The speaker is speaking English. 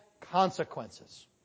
consequences